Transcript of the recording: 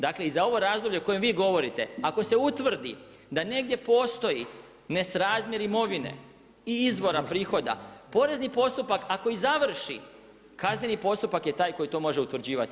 Dakle i za ovo razdoblje o kojem vi govorite ako se utvrdi da negdje postoji nesrazmjer imovine i izvora prihoda porezni postupak ako i završi kazneni postupak je taj koji to može utvrđivati.